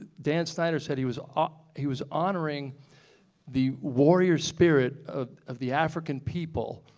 dan snyder said he was ah he was honoring the warrior spirit of the african people,